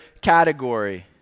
category